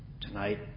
tonight